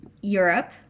Europe